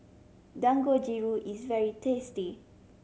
dangojiru is very tasty